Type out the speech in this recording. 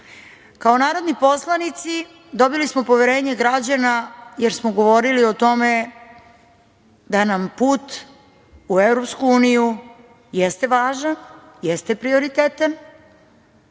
narodni poslanici dobili smo poverenje građana, jer smo govorili o tome da nam put u EU jeste važan, jeste prioritetan